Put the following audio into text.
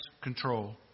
control